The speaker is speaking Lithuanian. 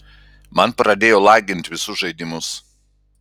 man pradėjo lagint visus žaidimus